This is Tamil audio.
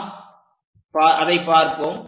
நாம் அதை பார்ப்போம்